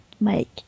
Mike